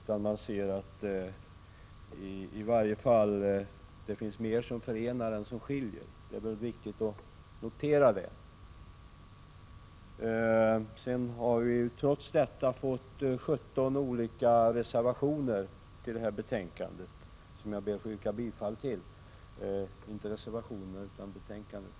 Man menar att det finns mer som förenar än som skiljer — och det kan vara viktigt att notera —, men trots det har 17 reservationer fogats till detta betänkande. Jag passar på att yrka bifall till utskottets hemställan i betänkandet.